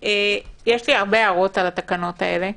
יש לי הרבה הערות על התקנות האלה,